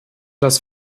das